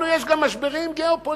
לנו יש גם משברים גיאו-פוליטיים,